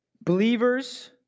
believers